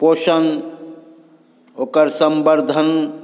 पोषण ओकर सम्वर्धन